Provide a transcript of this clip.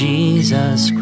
Jesus